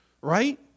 right